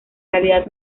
realidad